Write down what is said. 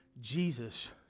Jesus